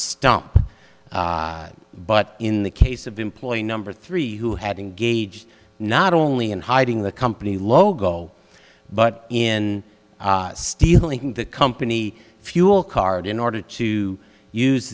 stump but in the case of employee number three who had engaged not only in hiding the company logo but in stealing the company fuel card in order to use